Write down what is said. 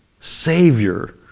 Savior